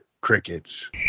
Crickets